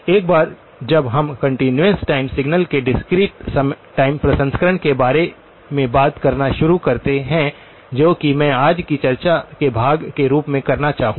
एक बार जब हम कंटीन्यूअस टाइम सिग्नल्स के डिस्क्रीट समय प्रसंस्करण के बारे में बात करना शुरू करते हैं जो कि मैं आज की चर्चा के भाग के रूप में करना चाहूंगा